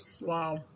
Wow